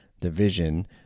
division